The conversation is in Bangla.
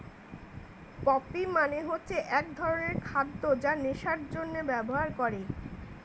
পপি মানে হচ্ছে এক ধরনের খাদ্য যা নেশার জন্যে ব্যবহার করে